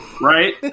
Right